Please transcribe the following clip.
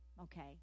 okay